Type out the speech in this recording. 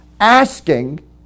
asking